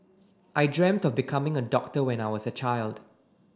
I dreamt of becoming a doctor when I was a child